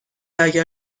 اگر